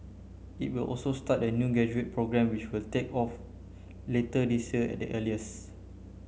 it will also start a new graduate programme which will take off later this year at the earliest